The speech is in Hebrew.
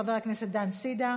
של חבר הכנסת דן סידה.